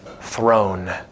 throne